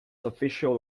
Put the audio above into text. official